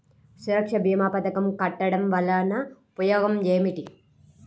సురక్ష భీమా పథకం కట్టడం వలన ఉపయోగం ఏమిటి?